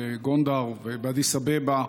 בגונדר ובאדיס אבבה.